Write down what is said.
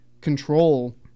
control